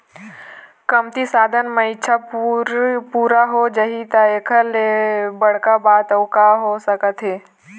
कमती साधन म इच्छा पूरा हो जाही त एखर ले बड़का बात अउ का हो सकत हे